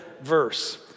verse